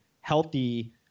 healthy